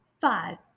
Five